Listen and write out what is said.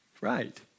Right